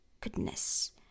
Goodness